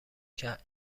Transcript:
کرد